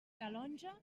calonge